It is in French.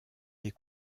des